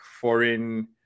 foreign